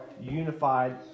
unified